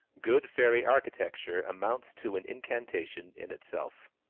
good fairy architecture amounts to an incantation in itself.